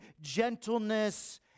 gentleness